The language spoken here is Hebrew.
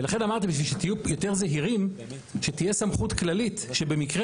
ולכן אמרתי שבשביל שתהיו יותר זהירים שתהיה סמכות כללית שבמקרה